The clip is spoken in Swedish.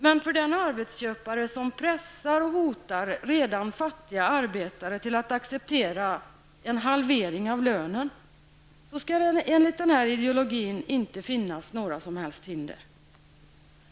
Men för den arbetsköpare som pressar och hotar redan fattiga arbetare till att acceptera en halvering av lönen skall det enligt denna ideologi inte finnas några som helst hinder.